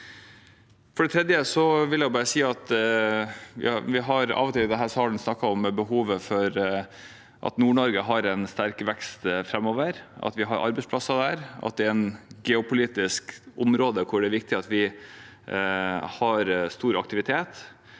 For det tredje vil jeg si at vi har av og til i denne salen snakket om behovet for at Nord-Norge får en sterk vekst framover, at vi har arbeidsplasser der, at det er et geopolitisk område hvor det er viktig at vi har stor aktivitet.